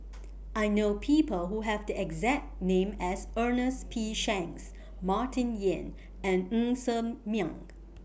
I know People Who Have The exact name as Ernest P Shanks Martin Yan and Ng Ser Miang